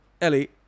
Ellie